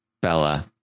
Bella